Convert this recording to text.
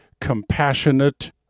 compassionate